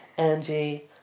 Angie